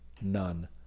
none